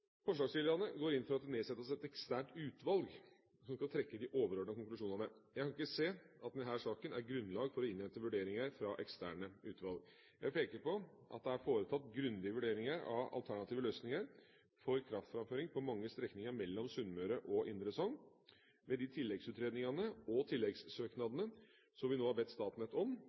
Forslagsstillerne går inn for at det nedsettes et eksternt utvalg som skal trekke de overordnede konklusjonene. Jeg kan ikke se at det i denne saken er grunnlag for å innhente vurderinger fra eksterne utvalg. Jeg vil peke på at det er foretatt grundige vurderinger av alternative løsninger for kraftframføring på mange strekninger mellom Sunnmøre og Indre Sogn. Med de tilleggsutredningene og tilleggssøknadene som vi nå har bedt Statnett om,